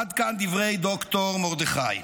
עד כאן דברי ד"ר מרדכי.